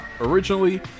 Originally